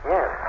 Yes